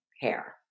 hair